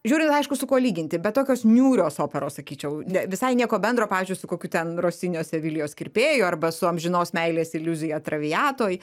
žiūrint aišku su kuo lyginti bet tokios niūrios operos sakyčiau visai nieko bendro pavyzdžiui su kokiu ten rosinio sevilijos kirpėju arba su amžinos meilės iliuzija traviatoj